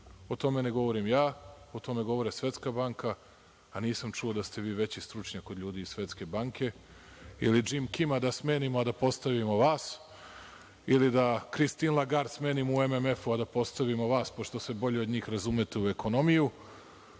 o tome ne govorim ja, o tome govore Svetska banka, a nisam čuo da ste vi veći stručnjak od ljudi iz Svetske banke, ili Džim Kima da smenimo, a da postavimo vas, ili da Kristin Lagard smenimo u MMF-u, a da postavimo vas, pošto se bolje od njih razumete u ekonomiju,